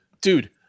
Dude